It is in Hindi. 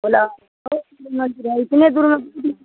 भोले मंदिर है इतने दूर में